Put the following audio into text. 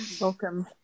welcome